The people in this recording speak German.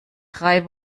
drei